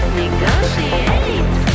negotiate